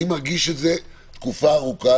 אני מרגיש את זה תקופה ארוכה,